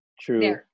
True